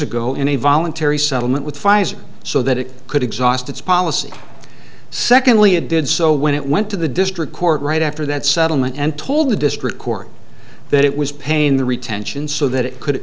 ago in a voluntary settlement with pfizer so that it could exhaust its policy secondly it did so when it went to the district court right after that settlement and told the district court that it was paying the retention so that it could